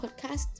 podcast